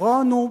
הפתרון הוא,